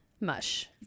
Mush